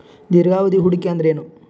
ದೀರ್ಘಾವಧಿ ಹೂಡಿಕೆ ಅಂದ್ರ ಏನು?